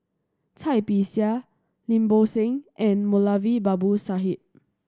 Cai Bixia Lim Bo Seng and Moulavi Babu Sahib